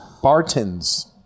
Bartons